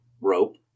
rope